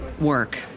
work